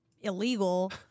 illegal